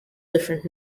different